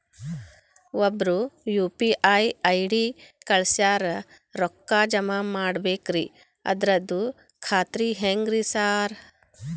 ಒಬ್ರು UPI ID ಕಳ್ಸ್ಯಾರ ರೊಕ್ಕಾ ಜಮಾ ಮಾಡ್ಬೇಕ್ರಿ ಅದ್ರದು ಖಾತ್ರಿ ಹೆಂಗ್ರಿ ಸಾರ್?